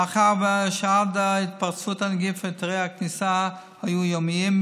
מאחר שעד להתפרצות הנגיף היתרי הכניסה היו יומיים,